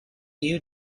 you